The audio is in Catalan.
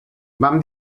vam